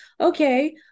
Okay